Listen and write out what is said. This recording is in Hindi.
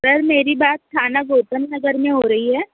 सर मेरी बात थाना गौतम नगर में हो रही है